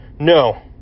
no